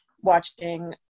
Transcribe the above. watching